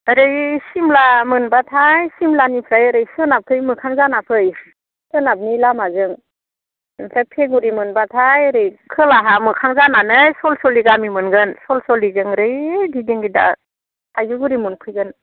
ओरै सिमला मोनबाथाय सिमलानिफ्राय ओरै सोनाबथिं मोखां जानानै फै सोनाबनि लामाजों आमफ्राय फेगुरि मोनबाथाय ओरै खोलाहा मोखां जानानै सल सलि गामि मोनगोन सल सलिजों ओरै गिदिं गिदा थाइजौगुरि मोनफैगोन